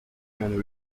and